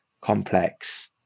complex